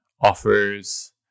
offers